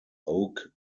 oak